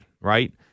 Right